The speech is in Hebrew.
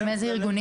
עם איזה ארגונים?